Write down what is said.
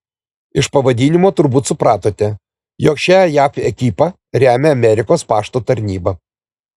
iš pavadinimo turbūt supratote jog šią jav ekipą remia amerikos pašto tarnyba